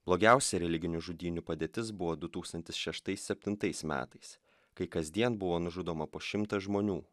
blogiausia religinių žudynių padėtis buvo du tūkstantis šeštais septintais metais kai kasdien buvo nužudoma po šimtą žmonių